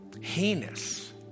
heinous